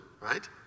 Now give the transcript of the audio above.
right